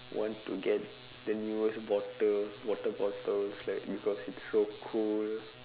want to get the newest bottle water bottles like because it's so cool